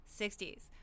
60s